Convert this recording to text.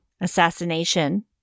Assassination